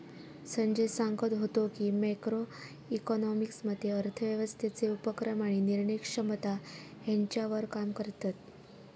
संजय सांगत व्हतो की, मॅक्रो इकॉनॉमिक्स मध्ये अर्थव्यवस्थेचे उपक्रम आणि निर्णय क्षमता ह्यांच्यावर काम करतत